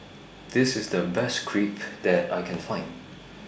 This IS The Best Crepe that I Can Find